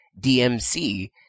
DMC